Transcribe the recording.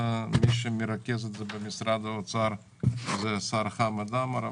מי שמרכז את זה במשרד האוצר הוא השר חמד עמאר.